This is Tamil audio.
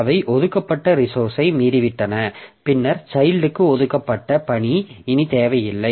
அவை ஒதுக்கப்பட்ட ரிசோர்ஸ்ஐ மீறிவிட்டன பின்னர் சைல்ட்க்கு ஒதுக்கப்பட்ட பணி இனி தேவையில்லை